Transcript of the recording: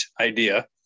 idea